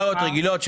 סיגריות רגילות,